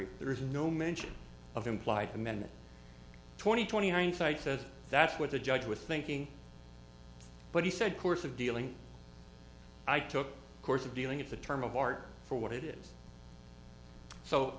e there is no mention of implied amendment twenty twenty hindsight says that's what the judge with thinking but he said course of dealing i took a course of dealing with the term of art for what it is so